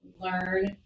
learn